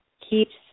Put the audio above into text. keeps